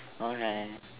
okay